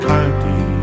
County